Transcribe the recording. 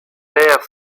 aire